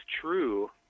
true